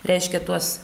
reiškia tuos